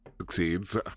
Succeeds